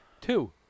two